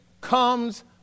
comes